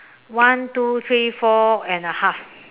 one two three four and a half